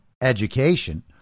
education